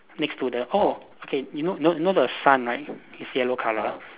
next to the oh okay you know know know the sun right is yellow colour